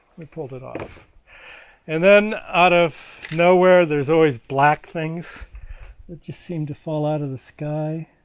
we pulled it off and then out of nowhere there's always black things that just seem to fall out of the sky